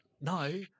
No